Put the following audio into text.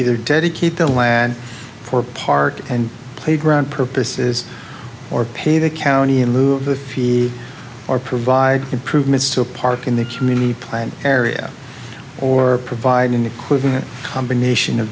either dedicate the land or park and playground purposes or pay the county and move the fee or provide improvements to a park in the community plan area or providing equipment a combination of